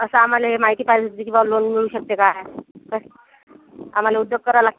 असं आम्हाला माहिती पाहिजे होती की बा लोन मिळू शकते काय क आम्हाला उद्योग करावं लागती